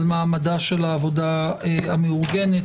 על מעמדה של העבודה המאורגנת,